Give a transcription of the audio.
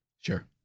Sure